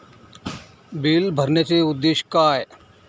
Bill भरण्याचे उद्देश काय?